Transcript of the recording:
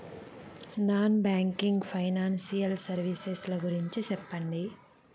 Non banking financial services ల గురించి సెప్పండి?